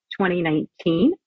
2019